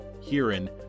herein